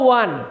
one